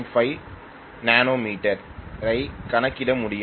5Nm ஐ கணக்கிட முடியும்